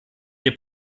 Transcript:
wir